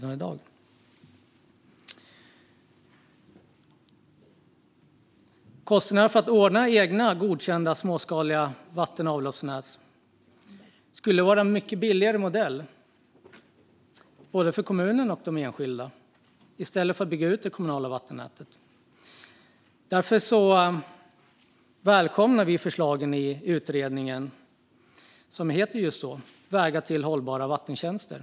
Att boende ordnar egna godkända småskaliga vatten och avloppsnät, i stället för att man bygger ut det kommunala vattennätet, skulle vara en mycket billigare modell för både kommunen och de enskilda. Därför välkomnar vi förslagen i det betänkande som heter just Vägar till hållbara vattentjänster .